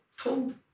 told